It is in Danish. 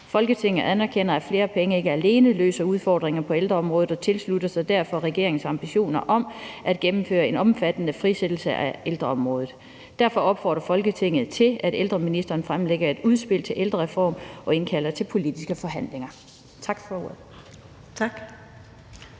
Folketinget anerkender, at flere penge ikke alene løser udfordringerne på ældreområdet og tilslutter sig derfor regeringens ambitioner om at gennemføre en omfattende frisættelse af ældreområdet. Derfor opfordrer Folketinget til, at ældreministeren fremlægger et udspil til en ældrereform og indkalder til politiske forhandlinger.«